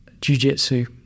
jujitsu